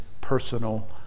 personal